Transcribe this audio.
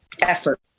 effort